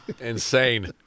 Insane